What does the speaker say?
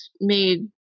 made